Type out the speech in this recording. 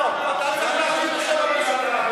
אתה צריך להשיב בשם הממשלה.